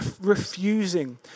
refusing